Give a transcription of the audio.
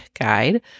guide